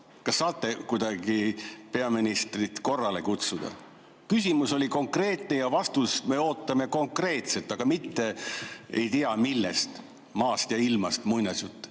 Kas saate peaministrit kuidagi korrale kutsuda? Küsimus oli konkreetne ja vastust me ootame konkreetset, aga mitte ei tea millest, maast ja ilmast, muinasjuttu.